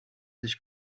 sich